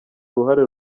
uruhare